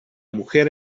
mujer